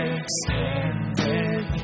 extended